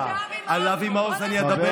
אז על אבי מעוז אני אדבר,